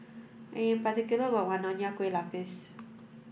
I am particular about one Nonya Kueh Lapis